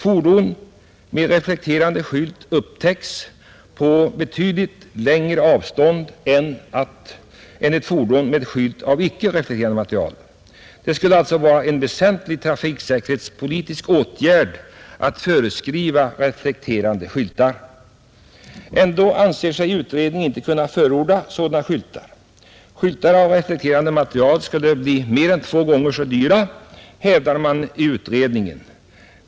Fordon med reflekterande skylt upptäcks på betydligt längre avstånd än ett fordon med skylt av icke-reflekterande material. Det skulle alltså vara en väsentlig trafiksäkerhetspolitisk åtgärd att föreskriva reflekterande skyltar. Ändå anser sig utredningen inte kunna förorda sådana skyltar, Skyltar av reflekterande material skulle bli mer än två gånger så dyra, hävdar utredningen.